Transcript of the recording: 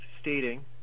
stating